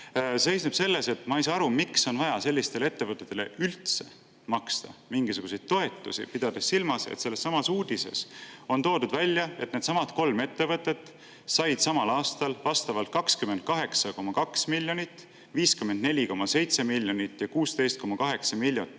seisneb selles, et ma ei saa aru, miks on vaja sellistele ettevõtetele üldse maksta mingisuguseid toetusi, pidades silmas, et sellessamas uudises on toodud välja, et needsamad kolm ettevõtet said samal aastal vastavalt 28,2 miljonit, 54,7 miljonit ja 16,8 miljonit